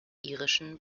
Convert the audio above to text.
irischen